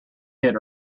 hit